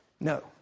No